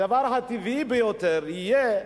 הדבר הטבעי ביותר יהיה